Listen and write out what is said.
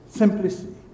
Simplicity